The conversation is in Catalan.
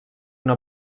una